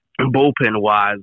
bullpen-wise